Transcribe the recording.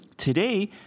Today